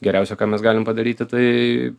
geriausia ką mes galim padaryti tai